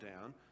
down